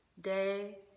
day